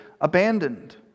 abandoned